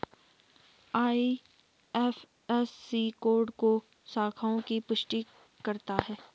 IFSC code bank शाखाओं की पुष्टि करता है